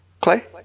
clay